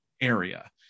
area